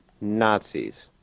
Nazis